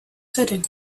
setting